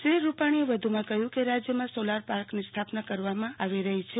શ્રી રૂપાણીએ વધુ માં કહ્યું કે રાજ્યમાં સોલાર પાર્કની સ્થાપના કરવામાં આવી રહી છે